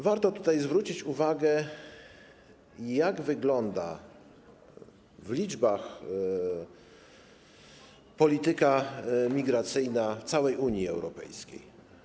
Warto tutaj zwrócić uwagę, jak wygląda w liczbach polityka migracyjna całej Unii Europejskiej.